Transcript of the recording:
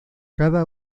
cada